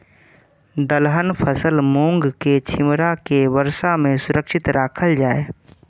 दलहन फसल मूँग के छिमरा के वर्षा में सुरक्षित राखल जाय?